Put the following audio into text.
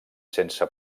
sense